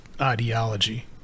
ideology